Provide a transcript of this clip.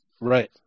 Right